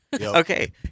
Okay